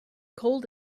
cold